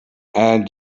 and